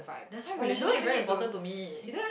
that's why relationship is very important to me